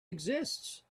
exists